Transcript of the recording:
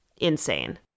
insane